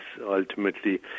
ultimately